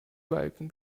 balken